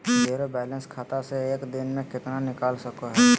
Zero balance खाता से एक दिन में कितना निकाल सको है?